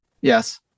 yes